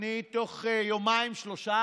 בתוך יומיים-שלושה